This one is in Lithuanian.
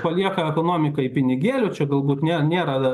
palieka ekonomikai pinigėlių čia galbūt ne nėra